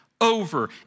over